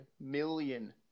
million